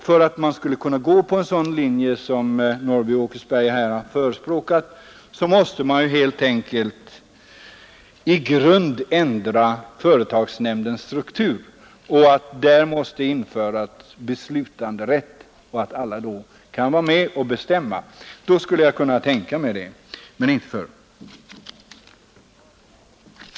För att kunna följa den linje som herr Norrby här har förespråkat krävs det att företagsnämndens struktur ändras i grunden; där måste införas beslutanderätt, och man måste göra det möjligt för alla att där vara med och bestämma. I så fall skulle jag kunna tänka mig att stödja förslaget, men inte förr.